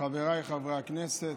חבריי חברי הכנסת,